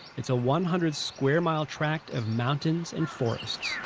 it's a one hundred square mile tract of mountains and forests